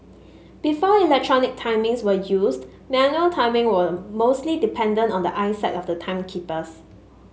before electronic timings were used manual timing were mostly dependent on the eyesight of the timekeepers